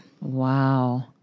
Wow